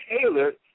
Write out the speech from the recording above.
tailored